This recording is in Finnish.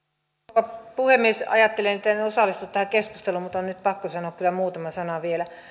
arvoisa rouva puhemies ajattelin etten osallistu tähän keskusteluun mutta on nyt pakko sanoa kyllä muutama sana vielä